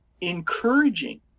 encouraging